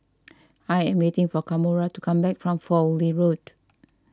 I am waiting for Kamora to come back from Fowlie Road